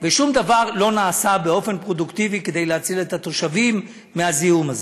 ושום דבר לא נעשה באופן פרודוקטיבי כדי להציל את התושבים מהזיהום הזה.